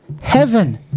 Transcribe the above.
heaven